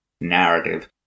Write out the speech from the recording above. narrative